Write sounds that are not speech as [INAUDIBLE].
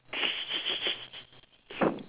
[LAUGHS] [BREATH]